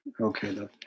Okay